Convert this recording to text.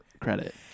credit